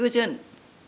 गोजोन